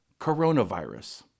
coronavirus